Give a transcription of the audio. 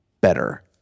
better